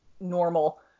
normal